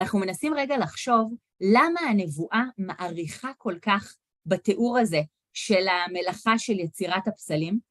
אנחנו מנסים רגע לחשוב, למה הנבואה מאריכה כל כך בתיאור הזה של המלאכה של יצירת הפסלים?